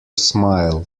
smile